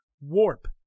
warp